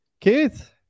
Keith